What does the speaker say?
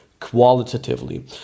qualitatively